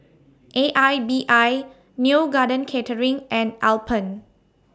A I B I Neo Garden Catering and Alpen